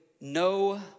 no